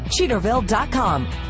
Cheaterville.com